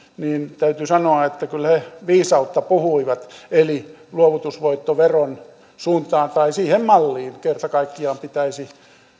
niin täytyy sanoa että kyllä he viisautta puhuivat eli luovutusvoittoveron suuntaan tai siihen malliin kerta kaikkiaan pitäisi